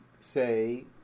say